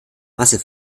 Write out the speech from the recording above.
masse